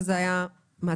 וזה היה מעצבן,